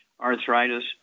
arthritis